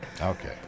Okay